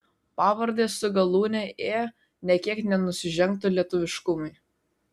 pavardės su galūne ė nė kiek nenusižengtų lietuviškumui